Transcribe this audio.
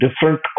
different